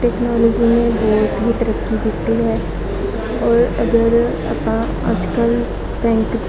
technology ਨੇ ਬਹੁਤ ਹੀ ਤਰੱਕੀ ਕੀਤੀ ਹੈ ਔਰ ਅਗਰ ਆਪਾਂ ਅੱਜ ਕੱਲ੍ਹ ਬੈਂਕ